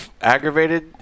aggravated